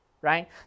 right